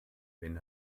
wenn